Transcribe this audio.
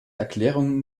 erklärungen